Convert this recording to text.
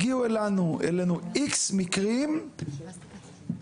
בשנת 2022 הגיעו אלינו X מקרים